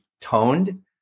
toned